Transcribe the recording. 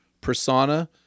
persona